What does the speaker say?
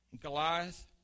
Goliath